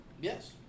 Yes